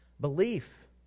belief